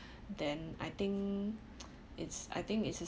then I think it's I think it is